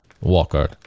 Walker